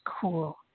cool